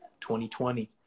2020